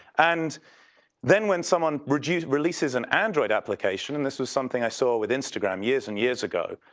and then when someone releases releases an android application, and this was something i saw with instagram years and years ago.